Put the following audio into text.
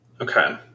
Okay